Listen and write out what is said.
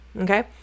okay